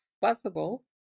possible